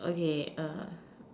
okay